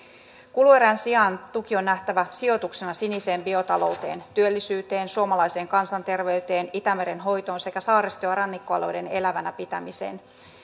kuluerän sijaan tuki on nähtävä sijoituksena siniseen biotalouteen työllisyyteen suomalaiseen kansanterveyteen itämeren hoitoon sekä saaristo ja rannikkoalueiden elävinä pitämiseen